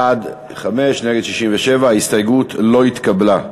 בעד, 5, נגד, 67. ההסתייגות לא התקבלה.